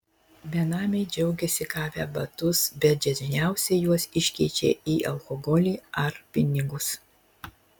benamiai džiaugiasi gavę batus bet dažniausiai juos iškeičia į alkoholį ar pinigus